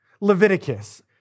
Leviticus